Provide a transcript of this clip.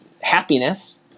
happiness